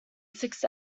sixth